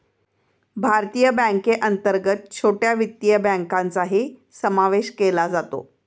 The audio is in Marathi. भारतीय बँकेअंतर्गत छोट्या वित्तीय बँकांचाही समावेश केला जातो